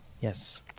Yes